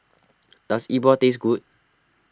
does Yi Bua taste good